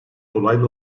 dolaylı